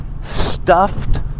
Stuffed